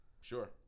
sure